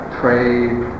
trade